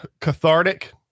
cathartic